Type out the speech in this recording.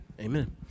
Amen